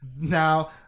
now